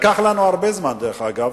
לקח לנו הרבה זמן, דרך אגב,